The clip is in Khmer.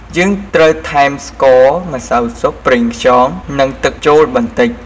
យើងត្រូវថែម ស្ករ ម្សៅស៊ុប ប្រេងខ្យង និងទឹកចូលបន្តិច។